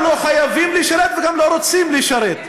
שהם גם לא חייבים לשרת וגם לא רוצים לשרת.